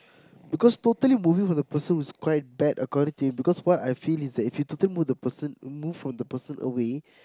because totally moving from the person is quite bad according to him because what I feel is that if you totally move the person move from the person away